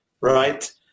right